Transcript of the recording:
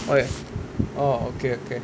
oh ya orh okay okay